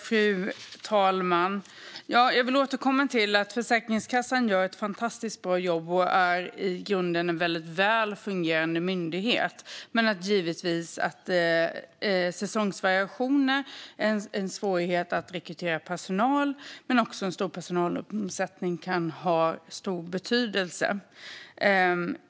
Fru talman! Jag vill återkomma till att Försäkringskassan gör ett fantastiskt bra jobb och är en i grunden väldigt väl fungerande myndighet, men givetvis kan säsongsvariationer, svårighet att rekrytera personal men också stor personalomsättning ha stor betydelse.